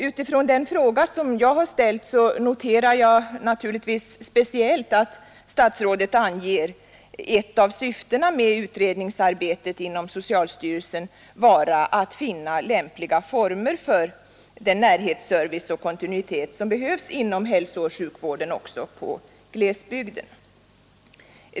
Utifrån den fråga jag ställt noterar jag naturligtvis speciellt att statsrådet anger ett av syftena med utredningsarbetet inom socialstyrelsen vara att finna lämpliga former för den närhetsservice och den kontinuitet som behövs inom hälsooch sjukvården också i glesbygderna.